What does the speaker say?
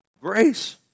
grace